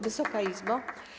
Wysoka Izbo!